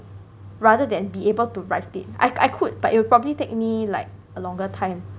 rather than be able to write it I I could but it will probably take me like a longer time